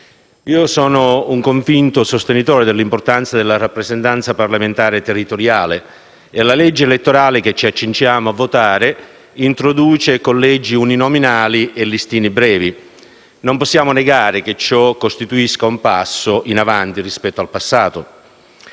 Sono un convinto sostenitore dell'importanza della rappresentanza parlamentare territoriale e la legge elettorale che ci accingiamo a votare introduce collegi uninominali e listini brevi. Non possiamo negare che ciò costituisca un passo in avanti rispetto al passato.